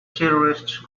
terrorist